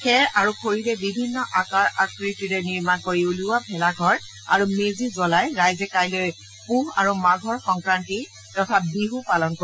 খেৰ আৰু খৰিৰে বিভিন্ন আকাৰ আকৃতিৰে নিৰ্মাণ কৰি উলিওৱা ভেলাঘৰ আৰু মেজি জলাই ৰাইজে কাইলৈ পূহ আৰু মাঘৰ সংক্ৰান্তি তথা বিহু পালন কৰিব